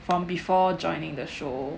from before joining the show